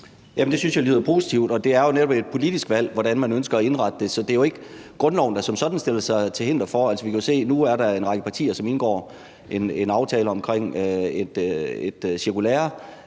Det synes jeg lyder positivt. Det er jo netop et politisk valg, hvordan man ønsker at indrette det, så det er ikke grundloven, der som sådan er til hinder for det. Vi kan jo se, at der nu er en række partier, som indgår en aftale om et cirkulære,